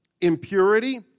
impurity